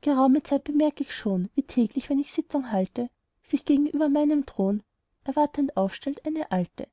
geraume zeit bemerk ich schon wie täglich wenn ich sitzung halte sich gegenüber meinem thron erwartend aufstellt eine alte